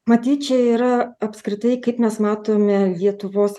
matyt čia yra apskritai kaip mes matome lietuvos